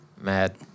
mad